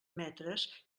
metres